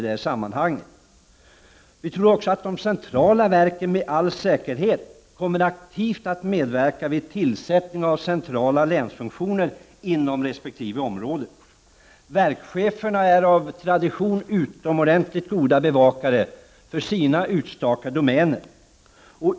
De centrala verken kommer med all säkerhet att aktivt medverka vid tillsättning av centrala länsfunktioner inom resp. område. Verkscheferna är av tradition utomordentligt goda bevakare av sina utstakade domäner.